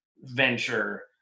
venture